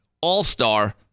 all-star